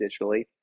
digitally